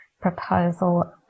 proposal